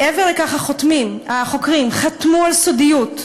מעבר לכך, החוקרים חתמו על סודיות,